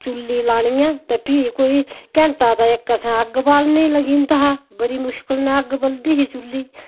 चुल्ली लानियां ते फ्ही कोई घैंटा ते इक असेंगी अग्ग बालने गी लग्गी जंदा हा बड़ी मुश्कल कन्नै अग्ग बलदी ही चुल्ली च